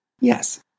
Yes